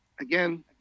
again